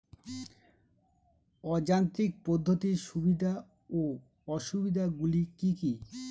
অযান্ত্রিক পদ্ধতির সুবিধা ও অসুবিধা গুলি কি কি?